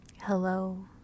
Hello